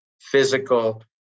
physical